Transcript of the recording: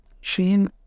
Sheen